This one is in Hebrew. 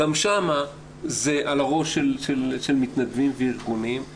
גם שם זה על הראש של מתנדבים וארגונים.